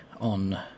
on